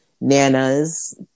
nanas